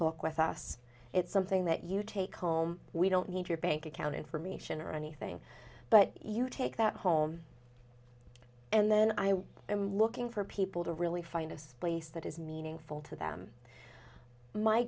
book with us it's something that you take home we don't need your bank account information or anything but you take that home and then i am looking for people to really find a space that is meaningful to them my